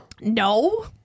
No